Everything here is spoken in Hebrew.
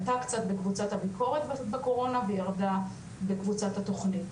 עלתה קצת בקבוצת הביקורת בקורונה וירדה בקבוצת התוכנית.